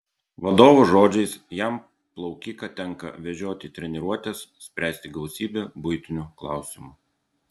vadovo žodžiais jam plaukiką tenka vežioti į treniruotes spręsti gausybę buitinių klausimų